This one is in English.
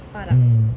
mm